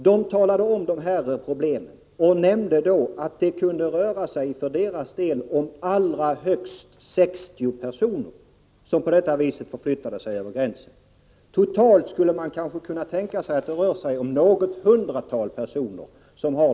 Då företagens representanter talade om dessa problem nämnde de att det för deras del kunde handla om allra högst 60 personer som på detta sätt förflyttar sig över gränserna. Totalt skulle man kanske kunna tänka sig att det rör sig om något hundratal personer.